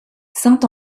saint